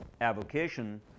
avocation